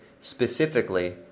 specifically